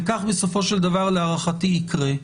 וכך בסופו של דבר להערכתי יקרה,